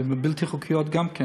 בלתי חוקיות גם כן.